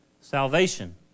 Salvation